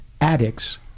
addicts